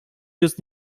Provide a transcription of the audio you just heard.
jest